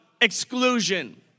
exclusion